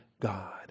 God